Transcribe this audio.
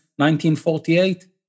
1948